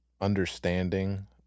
understanding